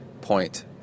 point